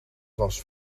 was